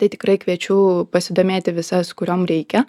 tai tikrai kviečiu pasidomėti visas kuriom reikia